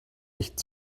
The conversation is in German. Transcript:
nicht